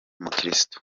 umukirisitu